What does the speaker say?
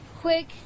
quick